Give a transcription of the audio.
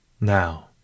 Now